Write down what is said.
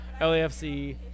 LAFC